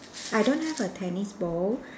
I don't have a tennis ball